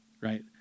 right